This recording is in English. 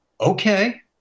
okay